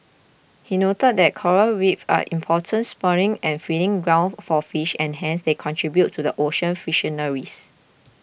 he noted that coral Reefs are important spawning and feeding grounds for fish and hence they contribute to the ocean fisheries